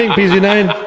and p z nine?